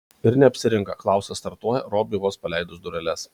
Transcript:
ir neapsirinka klausas startuoja robiui vos paleidus dureles